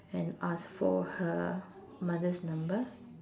and asked for her mother's number